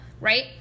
right